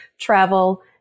travel